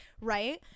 right